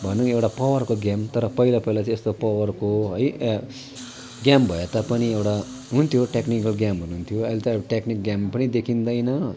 भनौँ एउटा पावरको गेम तर पहिला पहिला चाहिँ यस्तो पावरको है गेम भए तापनि एउटा हुन्थ्यो टेक्निकल गेम हुन्थ्यो अहिले त टेक्निक गेम पनि देखिँदैन है